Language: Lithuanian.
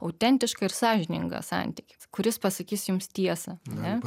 autentišką ir sąžiningą santykį kuris pasakys jums tiesą ane